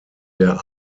der